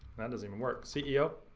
that doesn't even work. ceo?